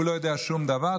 והוא לא יודע שום דבר,